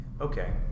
okay